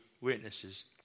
witnesses